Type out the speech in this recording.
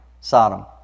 Sodom